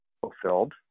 fulfilled